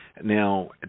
Now